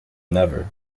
never